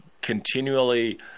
continually